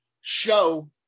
show